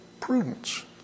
prudence